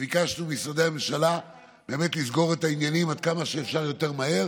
וביקשנו וממשרדי הממשלה באמת לסגור את העניינים עד כמה שאפשר יותר מהר